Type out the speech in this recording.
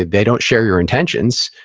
they don't share your intentions,